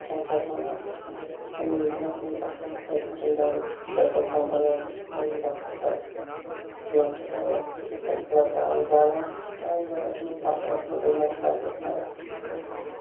کیٛاہ چھِ اَتھ وَنان تِمَن دۄہَن آسہٕ یِمَے بَسَے وَسَے کھَسان زیادٕ پیٹرول پمپَن ویٹرول پمپَن بَسہٕ ٹرٛکہٕ لکچہِ گاڑِ آسہٕ یِتھَے پٲٹھۍ تِلہٕ پھِیوٗرہ ترٛاوُن زیادٕ آسٕے نہٕ گاڑِ زیادٕ آسہٕ یِمَے بَسہٕ وَسہٕ آسان بیٚیہِ مٮ۪ٹَڈار وٮ۪ٹَڈار آسان